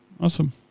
Awesome